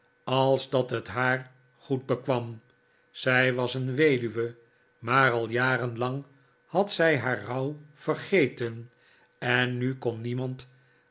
als dat het haar goed bekwam zij was een weduwe maar al jarenlang had zij haar rouw vergeten en nu kon niemand